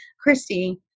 Christy